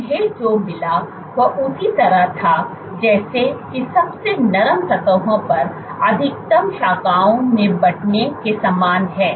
उन्हें जो मिला वह उसी तरह था जैसा कि सबसे नरम सतहों पर अधिकतम शाखाओं में बंटने के समान है